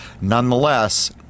Nonetheless